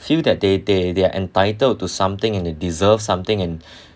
feel that they they they're entitled to something and they deserve something and